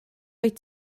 wyt